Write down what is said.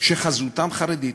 שחזותם חרדית.